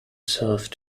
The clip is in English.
serve